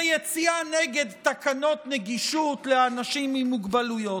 זה יציאה נגד תקנות נגישות לאנשים עם מוגבלויות.